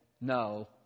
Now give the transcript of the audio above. no